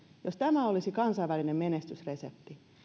olisi kansainvälinen menestysresepti